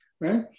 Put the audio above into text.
right